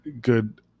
good